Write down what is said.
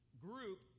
group